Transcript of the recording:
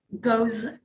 goes